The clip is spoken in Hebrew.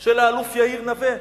של האלוף יאיר נוה.